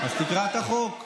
אז תקרא את החוק.